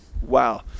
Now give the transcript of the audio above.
Wow